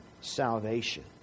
salvation